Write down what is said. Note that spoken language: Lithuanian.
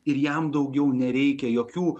ir jam daugiau nereikia jokių